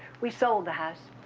we sold the house.